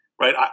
right